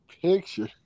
picture